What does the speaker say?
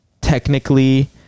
technically